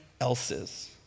else's